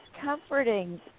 comforting